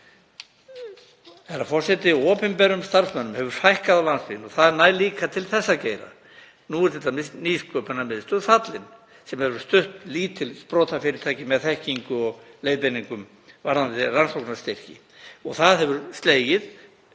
Herra forseti. Opinberum starfsmönnum hefur fækkað á landsbyggðinni og það nær líka til þessa geira. Nú er t.d. Nýsköpunarmiðstöð fallin sem hefur stutt lítil sprotafyrirtæki með þekkingu og leiðbeiningum varðandi rannsóknarstyrki sem hefur slegið